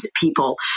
people